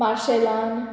मार्शेलान